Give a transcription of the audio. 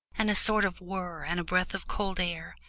and a sort of whirr and a breath of cold air,